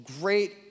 great